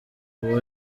uwo